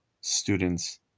students